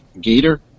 gator